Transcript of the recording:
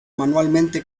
manualmente